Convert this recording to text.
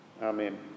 Amen